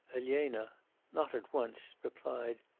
elena not at once replied,